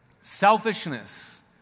selfishness